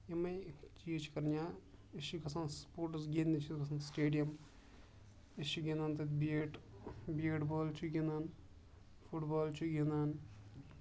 یِمَے چیٖز چھِ کَران یا أسۍ چھِ گژھان سپوٹٕس گِنٛدنہِ چھِ أسۍ گژھان سٹیڈیَم أسۍ چھِ گِنٛدان تَتہِ بیٹ بیٹ بال چھِ گِنٛدان فُٹ بال چھِ گِنٛدان